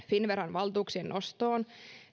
valtuuksien nostoon